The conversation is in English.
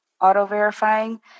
auto-verifying